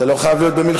זה לא חייב להיות במלחמה.